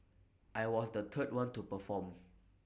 I was the third one to perform